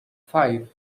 five